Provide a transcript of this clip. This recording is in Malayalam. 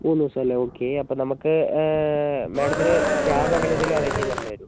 മൂന്ന് ദിവസം അല്ലെങ്കിൽ ഓക്കെ അപ്പം നമുക്ക് മാഡത്തിന് ക്യാബ് അങ്ങനെ എന്തേലും അറേഞ്ച് ചെയ്ത് തരേണ്ടി വരുമോ